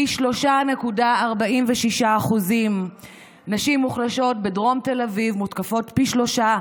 פי 3.46. נשים מוחלשות בדרום תל אביב מותקפות פי שלושה,